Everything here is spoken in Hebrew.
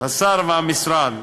השר והמשרד: